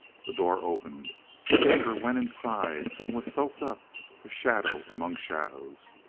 the door opened denver went inside and was soaked up a shadow among shadows.